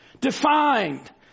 defined